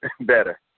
better